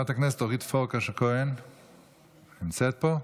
חברת הכנסת אורית פרקש הכהן נמצאת פה?